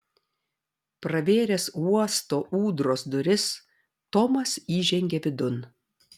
pravėręs uosto ūdros duris tomas įžengė vidun